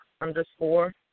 underscore